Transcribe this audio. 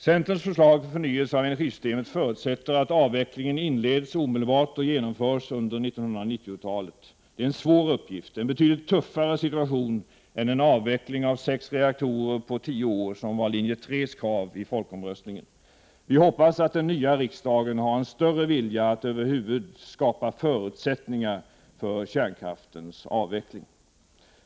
Centerns förslag till förnyelse av energisystemet förutsätter att avvecklingen inleds omedelbart och att den genomförs under 1990-talet. Det är en svår uppgift och en betydligt tuffare situation än en avveckling av sex reaktorer på tio år, som var linje 3:s krav i folkomröstningen. Vi hoppas att den nya riksdagen har en större vilja att över huvud skapa förutsättningar för kärnkraftens avveckling.